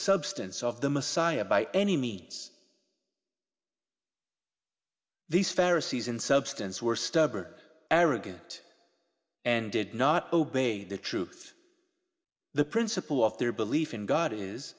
substance of the messiah by any means these pharisees in substance were stubborn or arrogant and did not obey the truth the principle of their belief in god i